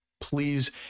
please